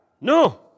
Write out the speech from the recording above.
No